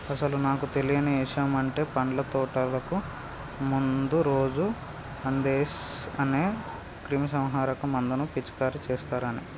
అసలు నాకు తెలియని ఇషయమంటే పండ్ల తోటకు మందు రోజు అందేస్ అనే క్రిమీసంహారక మందును పిచికారీ చేస్తారని